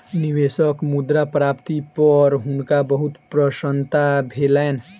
निवेशक मुद्रा प्राप्ति पर हुनका बहुत प्रसन्नता भेलैन